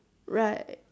right